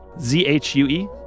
Z-H-U-E